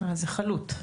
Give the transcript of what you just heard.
זה חלוט.